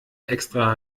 extra